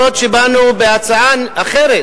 אפילו שבאנו בהצעה אחרת,